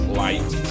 light